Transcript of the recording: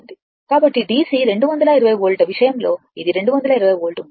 కాబట్టి DC 220 వోల్ట్ల విషయంలో ఇది 220 వోల్ట్ మాత్రమే